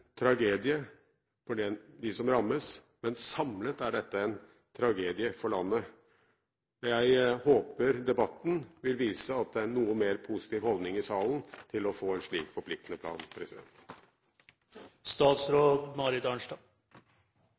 tragedie for dem som rammes, men samlet er dette en tragedie for landet. Jeg håper debatten vil vise at det er en noe mer positiv holdning i salen til å få en slik forpliktende plan.